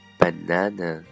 Banana